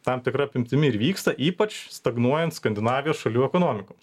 tam tikra apimtimi ir vyksta ypač stagnuojant skandinavijos šalių ekonomikoms